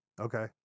okay